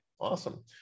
awesome